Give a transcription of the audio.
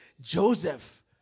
Joseph